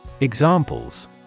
Examples